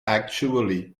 actually